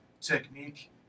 technique